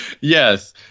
yes